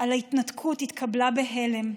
על ההתנתקות התקבלה בהלם.